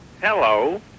Hello